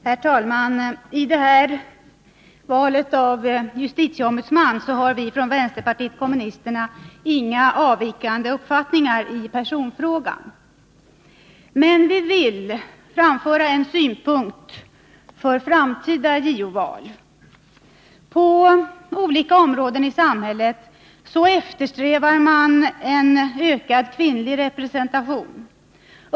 Herr talman! I det här valet av justitieombudsman har vi från vänsterpartiet kommunisterna inga avvikande uppfattningar i personfrågan. Men vi vill framföra en synpunkt för framtida JO-val. På olika områden i samhället eftersträvar man en ökad kvinnlig representation.